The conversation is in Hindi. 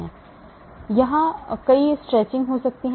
E ∑ kb 2 bonds वहाँ कई stretching हो सकता है